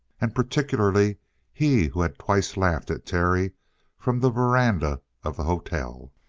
and particularly he who had twice laughed at terry from the veranda of the hotel.